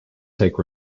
take